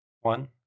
one